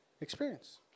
experience